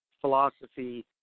philosophy